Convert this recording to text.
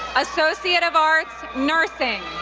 associate of arts, nursing.